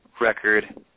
record